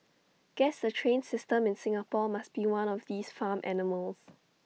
guess the train system in Singapore must be one of these farm animals